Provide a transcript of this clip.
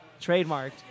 trademarked